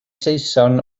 saeson